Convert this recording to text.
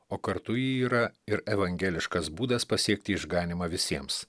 o kartu ji yra ir evangeliškas būdas pasiekti išganymą visiems